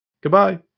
Goodbye